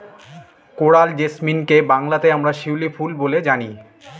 coral জেসমিনকে বাংলাতে আমরা শিউলি ফুল বলে জানি